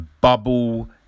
bubble